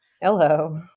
Hello